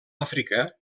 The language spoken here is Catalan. àfrica